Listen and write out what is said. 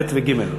2 ו-3.